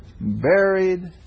buried